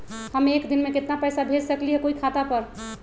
हम एक दिन में केतना पैसा भेज सकली ह कोई के खाता पर?